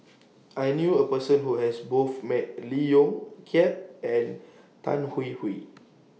I knew A Person Who has Both Met Lee Yong Kiat and Tan Hwee Hwee